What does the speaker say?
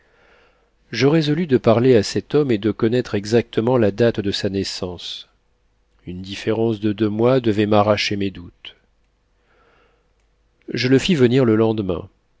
je résolus de parler à cet homme et de connaître exactement la date de sa naissance une différence de deux mois devait m'arracher mes doutes je le fis venir le lendemain